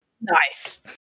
Nice